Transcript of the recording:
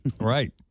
Right